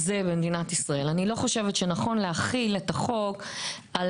אם אדם קונה נעליים ומקבל שקית עבה,